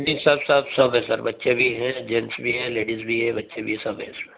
नहीं साहब सब सब हैं बच्चें भी हैं जेंट्स भी हैं लेडिज़ भी हैं बच्चें भी हैं सब हैं इस में